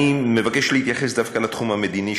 אני מבקש להתייחס דווקא לתחום המדיני,